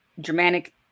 Germanic